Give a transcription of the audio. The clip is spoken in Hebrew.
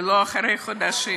ולא אחרי חודשים,